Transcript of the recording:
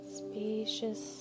spacious